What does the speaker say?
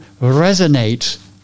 resonate